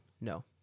no